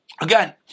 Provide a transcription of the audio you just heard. Again